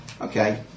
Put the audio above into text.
Okay